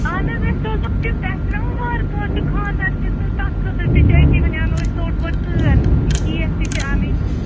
اہن حظ أسۍ سوزوکھ تِم تۄہہِ چھُو نہ وَنۍ وارٕکارٕ تہِ خاندَر تہِ تہٕ تَتھ خٲطرٕ تہِ چھِ أتیہ وٕنۍ اَنو أسۍ ژوٚٹ ووٹ سٲرسی کیک تہِ چھِ اَنٕنۍ